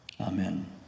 Amen